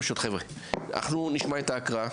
ברשותכם, אנחנו נשמע את ההקראה.